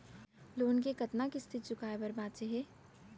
Loan के कतना किस्ती चुकाए बर बांचे हे?